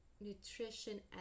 nutrition